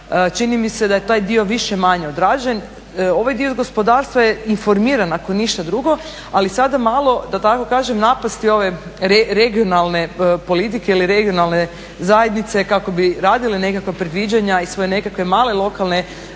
Čini mi se da je taj dio više-manje odražen. Ovaj dio gospodarstva je informiran ako ništa drugo, ali sada malo da tako kažem napasti ove regionalne politike ili regionalne zajednice kako bi radili nekakva predviđanja i svoje nekakve male lokalne